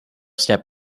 step